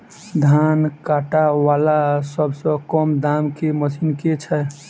धान काटा वला सबसँ कम दाम केँ मशीन केँ छैय?